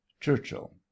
churchill